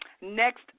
next